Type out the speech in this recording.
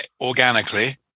organically